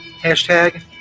hashtag